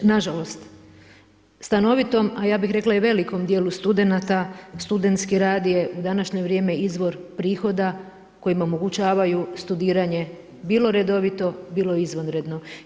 Nažalost, stanovitom a ja bih rekla i velikom dijelu studenata studentski rad je u današnje vrijeme izvor prihoda koji mu omogućavaju studiranje bilo redovito, bilo izvanredno.